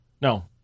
No